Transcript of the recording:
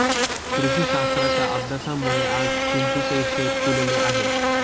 कृषीशास्त्राच्या अभ्यासामुळे आज चिंटूचे शेत फुलले आहे